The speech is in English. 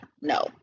No